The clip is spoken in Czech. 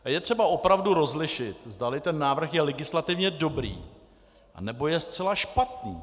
A je třeba opravdu rozlišit, zdali ten návrh je legislativně dobrý, anebo je zcela špatný.